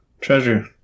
Treasure